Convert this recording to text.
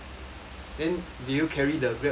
then did you carry the GrabFood bag